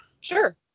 Sure